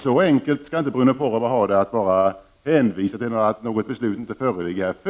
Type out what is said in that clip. Så enkelt kan alltså inte Bruno Poromaa göra det för sig att han hänvisar till att det ännu inte föreligger något beslut.